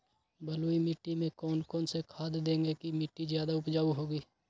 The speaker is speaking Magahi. बलुई मिट्टी में कौन कौन से खाद देगें की मिट्टी ज्यादा उपजाऊ होगी?